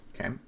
okay